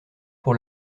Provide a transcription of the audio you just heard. pour